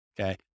Okay